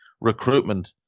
recruitment